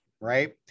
right